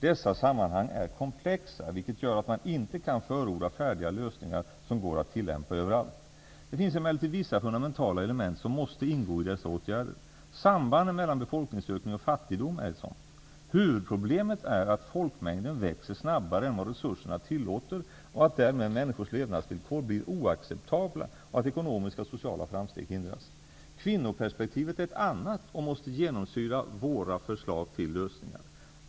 Dessa sammanhang är komplexa, vilket gör att man inte kan förorda färdiga lösningar som går att tillämpa överallt. Det finns emellertid vissa fundamentala element som måste ingå i dessa åtgärder. Sambanden mellan befolkningsökning och fattigdom är ett sådant. Huvudproblemet är att folkmängden växer snabbare än vad resurserna tillåter och att människors levnadsvillkor därmed blir oacceptabla och att ekonomiska och sociala framsteg hindras. Kvinnoperspektivet är ett annat och måste genomsyra våra förslag till lösningar.